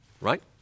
right